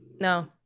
No